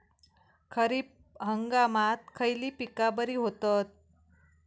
खरीप हंगामात खयली पीका बरी होतत?